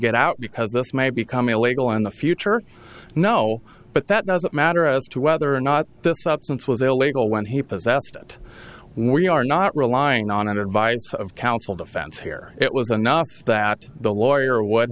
get out because this may become illegal in the future no but that doesn't matter as to whether or not the substance was illegal when he possessed it we are not relying on advice of counsel defense here it was enough that the lawyer would